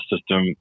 system